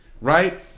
Right